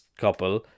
couple